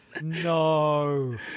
No